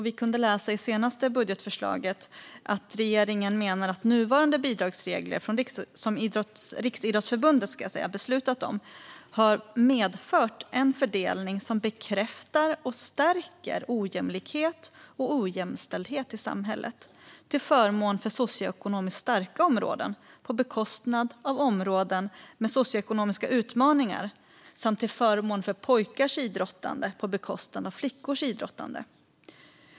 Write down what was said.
Vi kunde läsa i det senaste budgetförslaget att regeringen menar att nuvarande bidragsregler, som Riksidrottsförbundet beslutat om, har medfört en fördelning som bekräftar och stärker ojämlikhet och ojämställdhet i samhället till förmån för socioekonomiskt starka områden på bekostnad av områden med socioekonomiska utmaningar samt till förmån för pojkars idrottande på bekostnad av flickors idrottande.